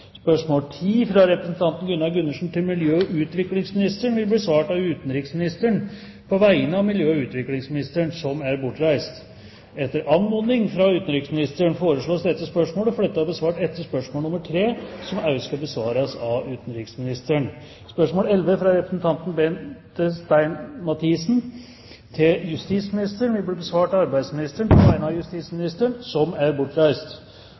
Spørsmål 10, fra representanten Gunnar Gundersen til miljø- og utviklingsministeren, besvares av utenriksministeren på vegne av miljø- og utviklingsministeren, som er bortreist. Etter anmodning fra utenriksministeren blir dette spørsmålet flyttet og besvart etter spørsmål 3, som også skal besvares av utenriksministeren. Spørsmål 11, fra representanten Bente Stein Mathisen til justisministeren, besvares av arbeidsministeren på vegne av justisministeren, som er bortreist.